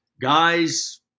Guys